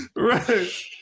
Right